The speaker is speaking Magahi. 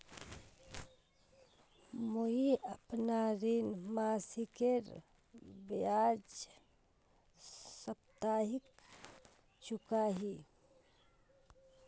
मुईअपना ऋण मासिकेर बजाय साप्ताहिक चुका ही